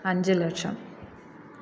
അഞ്ച് ലക്ഷം